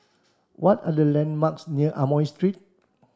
what are the landmarks near Amoy Street